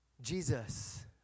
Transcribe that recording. Jesus